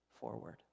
forward